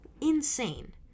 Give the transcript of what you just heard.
insane